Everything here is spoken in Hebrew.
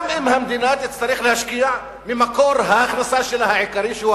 גם אם המדינה תצטרך להשקיע ממקור ההכנסה העיקרי שלה,